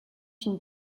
une